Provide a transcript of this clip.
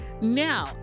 now